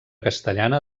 castellana